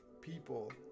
people